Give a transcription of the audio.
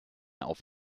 auf